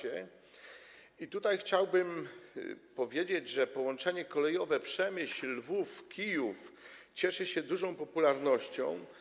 I tutaj chciałbym powiedzieć, że połączenie kolejowe Przemyśl - Lwów - Kijów cieszy się dużą popularnością.